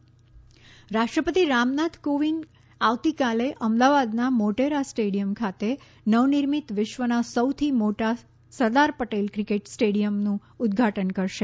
રાષ્ટ્ર પતિ રાષ્ટ્રપતિ કોવિંદ આવતીકાલે અમદાવાદના મોટેરા ખાતે નવનિર્મિત વિશ્વના સૌથી મોટા સરદાર પટેલ ક્રિકેટ સ્ટેડિયમનું ઉદઘાટન કરશે